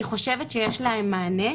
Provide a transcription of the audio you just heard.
א', אני חושבת שיש להם מענה.